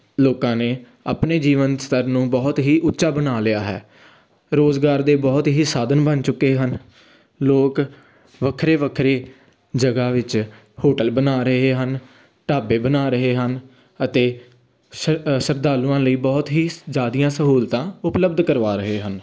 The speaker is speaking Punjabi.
ਲੋਕਾਂ ਨੇ ਆਪਣੇ ਜੀਵਨ ਸਥਰ ਨੂੰ ਬਹੁਤ ਹੀ ਉੱਚਾ ਬਣਾ ਲਿਆ ਹੈ ਰੁਜ਼ਗਾਰ ਦੇ ਬਹੁਤ ਹੀ ਸਾਧਨ ਬਣ ਚੁੱਕੇ ਹਨ ਲੋਕ ਵੱਖਰੇ ਵੱਖਰੇ ਜਗ੍ਹਾ ਵਿੱਚ ਹੋਟਲ ਬਣਾ ਰਹੇ ਹਨ ਢਾਬੇ ਬਣਾ ਰਹੇ ਹਨ ਅਤੇ ਸ਼ ਸ਼ਰਧਾਲੂਆਂ ਲਈ ਬਹੁਤ ਹੀ ਸ ਜ਼ਿਆਦੀਆਂ ਸਹੂਲਤਾਂ ਉਪਲਬਧ ਕਰਵਾ ਰਹੇ ਹਨ